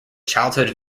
childhood